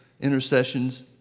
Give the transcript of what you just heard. intercessions